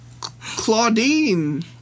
Claudine